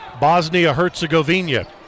Bosnia-Herzegovina